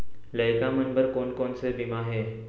लइका मन बर कोन कोन से बीमा हे?